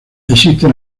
existen